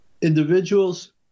individuals